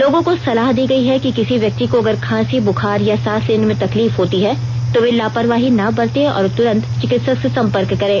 लोगों को सलाह दी गई है कि किसी व्यक्ति को अगर खांसी बुखार या सांस लेने में तकलीफ होती है तो वे लापरवाही ना बरतें और तुरन्त चिकित्सक से संपर्क करें